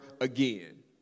again